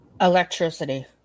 Electricity